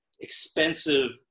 expensive